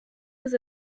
his